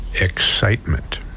excitement